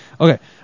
Okay